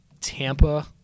tampa